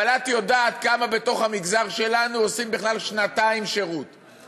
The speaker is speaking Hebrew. אבל את יודעת כמה בתוך המגזר שלנו עושים בכלל שנתיים שירות,